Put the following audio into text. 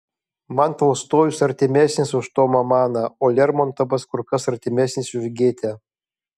man tolstojus artimesnis už tomą maną o lermontovas kur kas artimesnis už gėtę